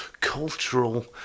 cultural